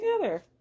together